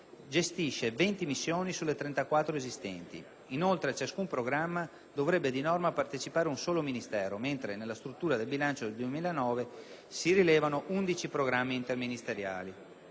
gestisce 20 missioni sulle 34 esistenti. Inoltre, a ciascun programma dovrebbe di norma partecipare un solo Ministero, mentre nella struttura del bilancio per il 2009 si rilevano 11 programmi interministeriali.